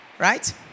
Right